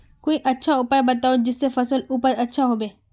कोई अच्छा उपाय बताऊं जिससे फसल उपज अच्छा होबे